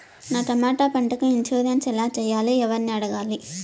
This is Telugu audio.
నా టమోటా పంటకు ఇన్సూరెన్సు ఎలా చెయ్యాలి? ఎవర్ని అడగాలి?